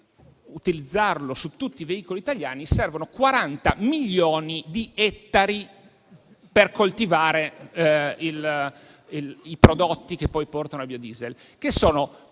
a utilizzarlo su tutti i veicoli italiani, servono 40 milioni di ettari per coltivare i prodotti che poi portano al biodiesel, che sono più